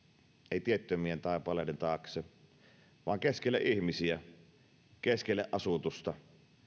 ei tiettömien taipaleiden taakse vaan keskelle ihmisiä keskelle asutusta